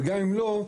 וגם אם לא,